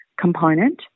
component